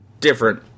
different